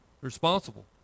responsible